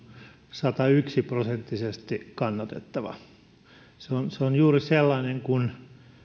satayksi prosenttisesti kannatettava se on juuri sellainen kuin